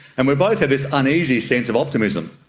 and we both have this uneasy sense of optimism.